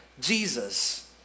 Jesus